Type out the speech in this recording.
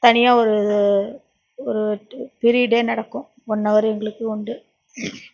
தனியாக ஒரு ஒரு ஒரு பீரீயடே நடக்கும் ஒன் ஹவர் எங்களுக்கு உண்டு